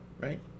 right